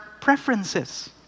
preferences